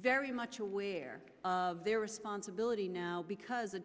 very much aware of their responsibility now because